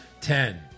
Ten